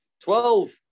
twelve